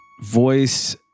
voice